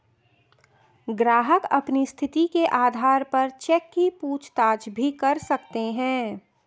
ग्राहक अपनी स्थिति के आधार पर चेक की पूछताछ भी कर सकते हैं